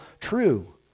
true